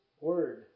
Word